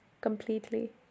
completely